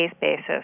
basis